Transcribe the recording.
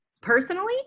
Personally